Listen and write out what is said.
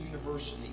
University